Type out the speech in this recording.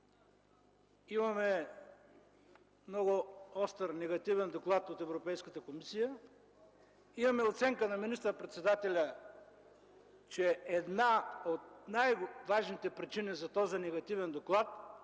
Имаме много остър, негативен доклад от Европейската комисия, имаме оценка на министър-председателя, че една от най-важните причини за този негативен доклад